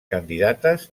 candidates